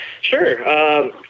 Sure